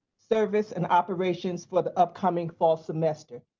service and operations for the upcoming fall semester.